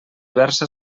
versa